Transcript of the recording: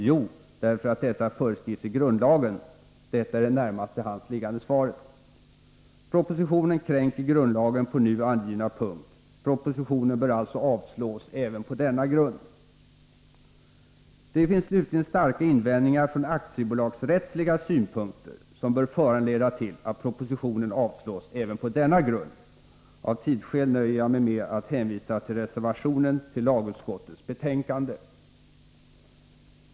Jo, därför att detta föreskrivs i grundlagen — detta är det närmast till hands liggande svaret. Propositionen kränker grundlagen på nu angiven punkt. Propositionen bör alltså avslås även på denna grund. Det finns slutligen starka invändningar från aktiebolagsrättsliga synpunkter som bör föranleda att propositionen avslås även på denna grund. Av tidsskäl nöjer jag mig med att hänvisa till reservationen till lagutskottets betänkande.